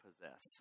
possess